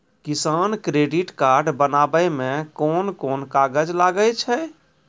किसान credit card बनाबै मे कोन कोन कागज लागै छै?